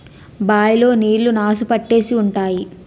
bye లో నీళ్లు నాసు పట్టేసి ఉంటాయి